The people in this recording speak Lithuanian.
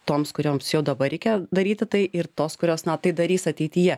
toms kurioms jau dabar reikia daryti tai ir tos kurios na tai darys ateityje